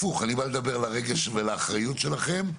הפוך, אני בא לדבר לרגש ולאחריות שלכם,